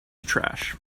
trash